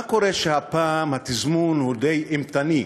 מה קורה שהפעם התזמון הוא די אימתני?